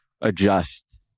adjust